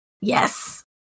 Yes